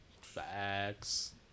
facts